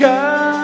God